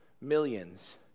millions